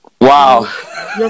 Wow